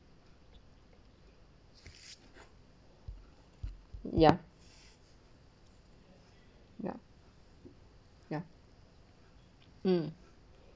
ya ya ya mm